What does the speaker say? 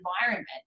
environment